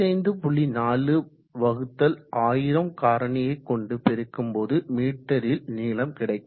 41000 காரணியை கொண்டு பெருக்கும் போது மீட்டரில் நீளம் கிடைக்கும்